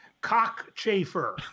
cockchafer